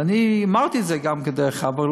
ואני אמרתי את זה גם כדרך אגב,